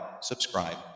subscribe